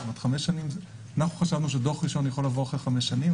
אנחנו חשבנו שדוח ראשון יכול לבוא אחרי חמש שנים.